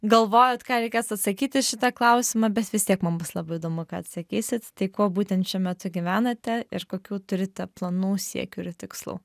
galvojat ką reikės atsakyti į šitą klausimą bet vis tiek mum bus labai įdomu kad atsakysit tai kuo būtent šiuo metu gyvenate ir kokių turite planų siekių ir tikslų